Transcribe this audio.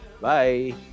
Bye